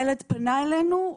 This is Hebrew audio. ילד פנה אלינו,